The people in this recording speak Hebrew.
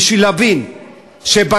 בשביל להבין שברגע